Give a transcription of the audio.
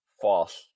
false